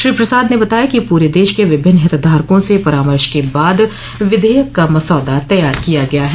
श्री प्रसाद ने बताया कि पूरे देश के विभिन्न हितधारकों से परामर्श के बाद विधेयक का मसौदा तैयार किया गया है